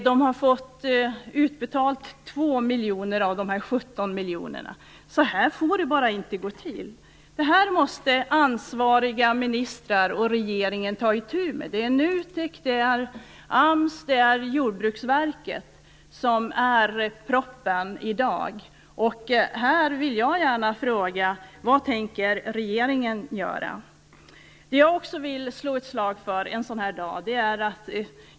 Man har fått utbetalt 2 miljoner av de 17 miljonerna. Så här får det bara inte gå till. Detta måste ansvariga ministrar och regeringen. Det är NUTEK, AMS och Jordbruksverket som i dag är proppen. Här vill jag gärna fråga: Vad tänker regeringen göra? Jag vill en sådan här dag också slå ett slag för något annat.